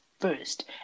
first